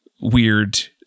weird